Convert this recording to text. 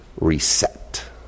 reset